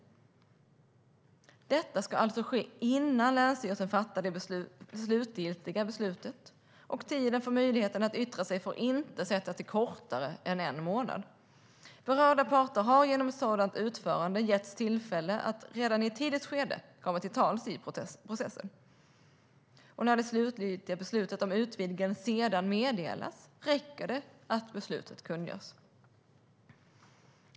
Det ska alltså ske innan länsstyrelsen fattar det slutliga beslutet, och tiden för möjligheten att yttra sig får inte sättas kortare än en månad. Berörda parter har genom ett sådant utförande getts tillfälle att redan i ett tidigt skede komma till tals i processen. När det slutliga beslutet om utvidgningen sedan meddelas räcker det att beslutet kungörs.